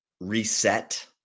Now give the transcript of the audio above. reset